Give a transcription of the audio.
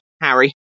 Harry